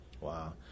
Wow